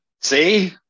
see